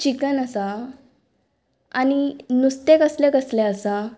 chicken आसा आनी नुस्तें कसलें कसलें आसा